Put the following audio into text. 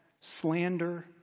slander